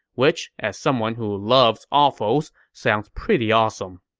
which, as someone who loves offals, sounds pretty awesome